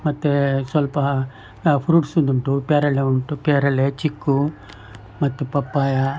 ಮತ್ತು ಸ್ವಲ್ಪ ಫ್ರೂಟ್ಸಿದುಂಟು ಪೇರಳೆ ಉಂಟು ಪೇರಳೆ ಚಿಕ್ಕು ಮತ್ತು ಪಪ್ಪಾಯ